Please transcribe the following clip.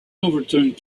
overturned